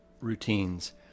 routines